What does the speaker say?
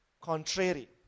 contrary